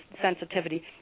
sensitivity